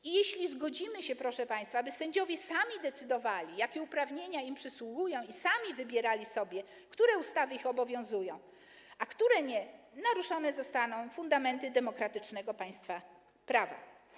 I jeśli zgodzimy się, proszę państwa, aby sędziowie sami decydowali, jakie uprawnienia im przysługują, i sami wybierali sobie, które ustawy ich obowiązują, a które nie, naruszone zostaną fundamenty demokratycznego państwa prawa.